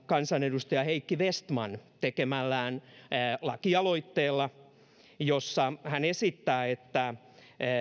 kansanedustaja heikki vestman tekemällään lakialoitteella jossa hän esittää että